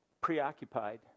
preoccupied